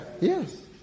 Yes